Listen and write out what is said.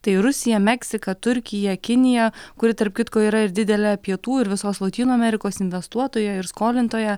tai rusija meksika turkija kinija kuri tarp kitko yra ir didelė pietų ir visos lotynų amerikos investuotoja ir skolintoja